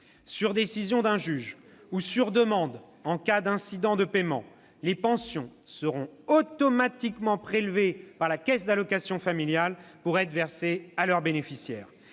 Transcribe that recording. Sur décision d'un juge, ou sur demande en cas d'incidents de paiement, les pensions seront automatiquement prélevées par la Caisse d'allocations familiales pour être versées à leurs bénéficiaires,